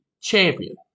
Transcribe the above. champion